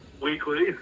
weekly